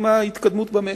עם ההתקדמות במשק.